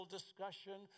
discussion